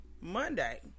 Monday